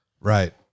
Right